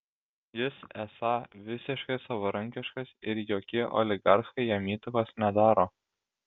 jis esą visiškai savarankiškas ir jokie oligarchai jam įtakos nedaro